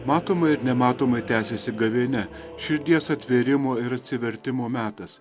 matomai ir nematomai tęsiasi gavėnia širdies atvėrimo ir atsivertimo metas